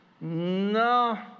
no